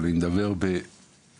אבל אני מדבר באמת,